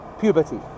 puberty